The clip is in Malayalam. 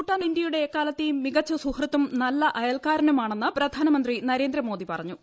നേപ്പാൾ ഇന്ത്യയുടെ എക്കാലത്തേയും മികച്ച സുഹൃത്തും നല്ല അയൽക്കാരനുമാണെന്ന് പ്രധാനമന്ത്രി നരേന്ദ്രമോദി പറഞ്ഞു